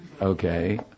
Okay